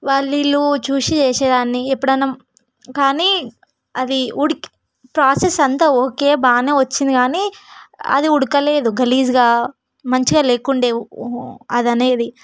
వాళ్ళు వీళ్ళు చూసి చేసేదాన్ని ఎప్పుడైనా కానీ అది ఉడికి ప్రాసెస్ అంత ఓకే బాగానే వచ్చింది కానీ అది ఉడకలేదు గలీజ్గా మంచిగా లేకుండేది అది అనేది